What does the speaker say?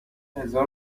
هزار